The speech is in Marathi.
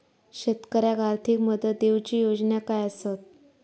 शेतकऱ्याक आर्थिक मदत देऊची योजना काय आसत?